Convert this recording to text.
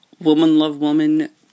woman-love-woman